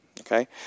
Okay